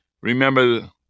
remember